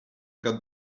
got